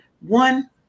one